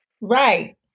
Right